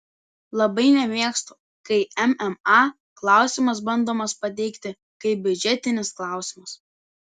labai nemėgstu kai mma klausimas bandomas pateikti kaip biudžetinis klausimas